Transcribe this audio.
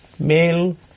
Male